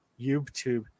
YouTube